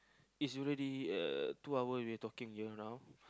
is already uh two hour we are talking you know now